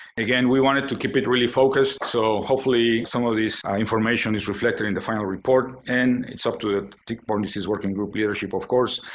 again, we wanted to keep it really focused, so hopefully some of this information is reflected in the final report. and it's up to the tick-borne disease working group leadership of course.